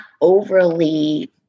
overly